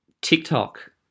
TikTok